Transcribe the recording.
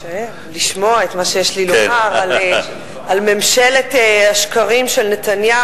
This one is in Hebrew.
שהוא יישאר לשמוע את מה שיש לי לומר על ממשלת השקרים של נתניהו,